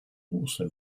also